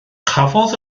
cafodd